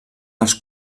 dels